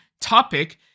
topic